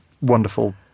wonderful